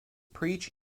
preach